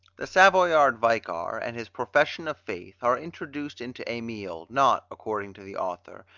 the savoyard vicar and his profession of faith are introduced into emile not, according to the author,